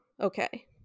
okay